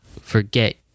forget